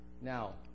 Now